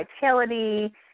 vitality